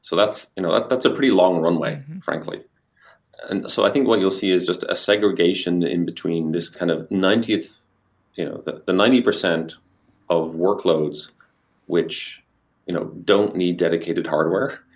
so that's you know that's a pretty long runway frankly and so i think what you'll see is just a segregation in between this kind of ninetieth you know the the ninety percent of workloads which you know don't need dedicated hardware.